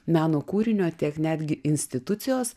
meno kūrinio tiek netgi institucijos